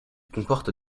comporte